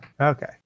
Okay